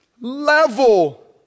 level